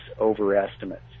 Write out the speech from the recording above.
overestimates